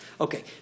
Okay